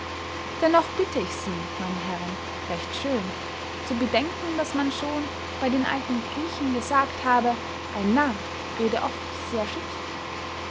dennoch bitte ich sie meine herren recht schön zu bedenken daß man schon bey den alten griechen gesagt habe ein narr rede oft sehr schicklich